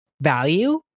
value